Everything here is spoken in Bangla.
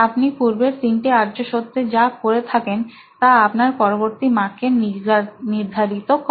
আপনি পূর্বের তিনটি আর্য সত্যে যা করে থাকেন তা আপনার পরবর্তী মার্গ কে নির্ধারিত করে